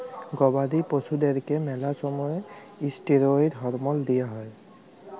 গবাদি পশুদ্যারকে ম্যালা সময়ে ইসটিরেড হরমল দিঁয়া হয়